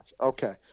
Okay